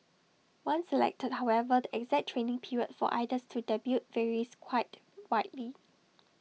once selected however the exact training period for idols to debut varies quite widely